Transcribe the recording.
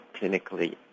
clinically